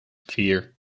vier